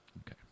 Okay